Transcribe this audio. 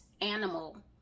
animal